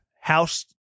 House